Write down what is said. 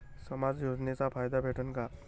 समाज योजनेचा फायदा भेटन का?